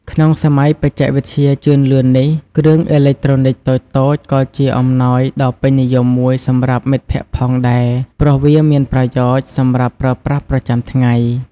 ក្នុងសម័យបច្ចេកវិទ្យាជឿនលឿននេះ គ្រឿងអេឡិចត្រូនិចតូចៗក៏ជាអំណោយដ៏ពេញនិយមមួយសម្រាប់មិត្តភក្តិផងដែរ ព្រោះវាមានប្រយោជន៍សម្រាប់ប្រើប្រាស់ប្រចាំថ្ងៃ។